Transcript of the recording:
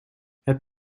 het